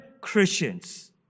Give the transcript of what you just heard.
Christians